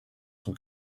son